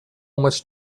much